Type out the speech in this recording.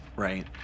right